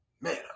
Man